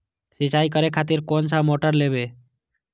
सीचाई करें खातिर कोन सा मोटर लेबे?